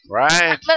right